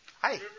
Hi